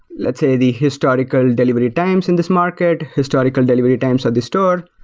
let's say, the historical delivery times in this market, historical delivery times at the store.